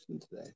today